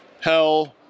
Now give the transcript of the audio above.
hell